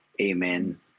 amen